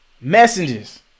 messengers